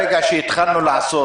ברגע שהתחלנו לעשות,